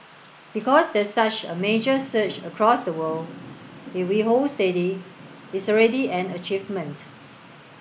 because there's such a major surge across the world if we hold steady it's already an achievement